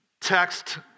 text